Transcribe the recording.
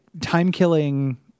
time-killing